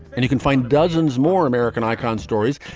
and you can find dozens more american icon stories,